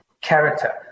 character